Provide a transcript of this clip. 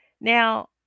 Now